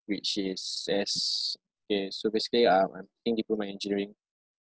which is as K so basically I'm I'm taking diploma engineering